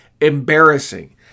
embarrassing